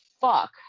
fuck